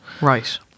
Right